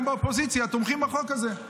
גם באופוזיציה תומכים בחוק הזה,